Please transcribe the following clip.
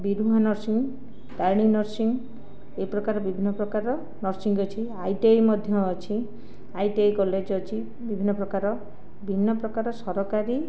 ବିରୁମା nursing Tarini nursing ଏହି ପ୍ରକାର ବିଭିନ୍ନ ପ୍ରକାରର ନର୍ସିଂ ଅଛି ଆଇ ଟି ଆଇ ମଧ୍ୟ ଅଛି ଆଇ ଟି ଆଇ କଲେଜ ଅଛି ବିଭିନ୍ନ ପ୍ରକାର ବିଭିନ୍ନ ପ୍ରକାର ସରକାରୀ